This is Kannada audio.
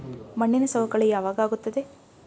ಮಣ್ಣಿನ ಸವಕಳಿ ಯಾವಾಗ ಆಗುತ್ತದೆ?